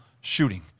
shooting